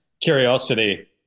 Curiosity